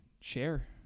share